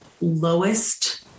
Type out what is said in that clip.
lowest